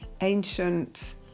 ancient